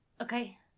Okay